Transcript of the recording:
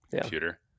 computer